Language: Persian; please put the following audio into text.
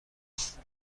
است